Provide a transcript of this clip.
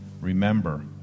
remember